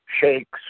shakes